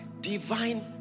divine